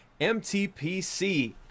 mtpc